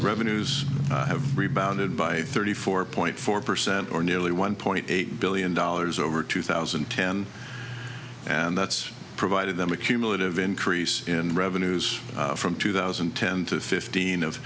revenues have rebounded by thirty four point four percent or nearly one point eight billion dollars over two thousand and ten and that's provided them a cumulative increase in revenues from two thousand and ten to fifteen of